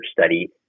study